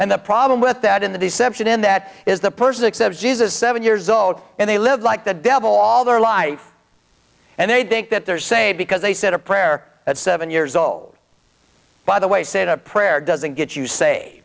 and the problem with that in the deception in that is the person except jesus seven years old and they live like the devil all their life and they think that their say because they said a prayer at seven years old by the way said a prayer doesn't get you say